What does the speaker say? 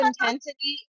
intensity